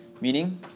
meaning